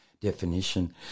definition